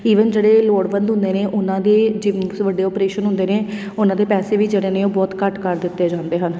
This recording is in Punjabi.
ਈਵਨ ਜਿਹੜੇ ਲੋੜਵੰਦ ਹੁੰਦੇ ਨੇ ਉਹਨਾਂ ਦੇ ਜੇ ਨੁਕਸ ਵੱਡੇ ਓਪਰੇਸ਼ਨ ਹੁੰਦੇ ਨੇ ਉਹਨਾਂ ਦੇ ਪੈਸੇ ਵੀ ਜਿਹੜੇ ਨੇ ਉਹ ਬਹੁਤ ਘੱਟ ਕਰ ਦਿੱਤੇ ਜਾਂਦੇ ਹਨ